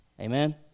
Amen